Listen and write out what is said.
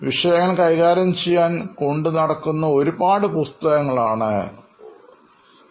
വിഷയങ്ങൾ കൈകാര്യം ചെയ്യാൻ എളുപ്പത്തിലാക്കാൻ വേണ്ടിയാണ് ഒരുപാട് പുസ്തകങ്ങൾ കൊണ്ടുനടക്കുന്നത്